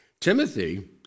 Timothy